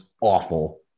awful